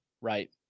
right